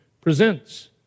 presents